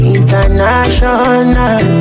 International